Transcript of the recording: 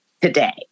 today